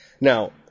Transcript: Now